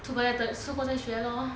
出国再学咯